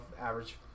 average